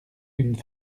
une